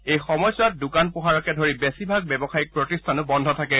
এই সময়ছোৱাত দোকান পোহাৰকে ধৰি বেছিভাগ ব্যৱসায়িক প্ৰতিষ্ঠানো বন্ধ থাকে